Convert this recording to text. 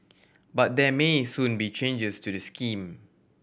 but there may soon be changes to the scheme